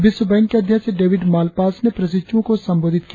विश्व बैंक के अध्यक्ष डेविड माल्पास ने प्रशिक्षुओं को संबोधित किया